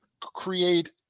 create